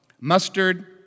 mustard